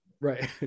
Right